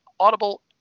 audible